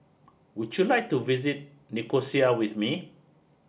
would you like to visit Nicosia with me